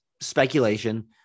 speculation